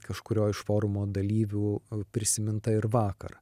kažkurio iš forumo dalyvių prisiminta ir vakar